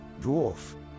Dwarf